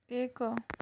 ଏକ